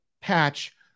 patch